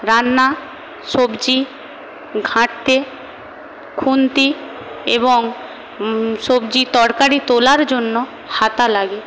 রান্না সবজি ঘাঁটতে খুন্তি এবং সবজি তরকারি তোলার জন্য হাতা লাগে